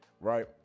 right